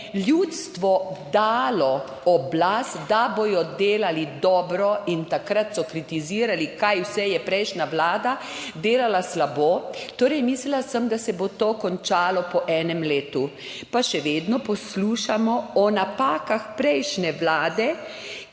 ljudstvo dalo oblast, da bodo delali dobro in takrat so kritizirali, kaj vse je prejšnja vlada delala slabo? Torej, mislila sem, da se bo to končalo po enem letu. Pa še vedno poslušamo o napakah prejšnje vlade,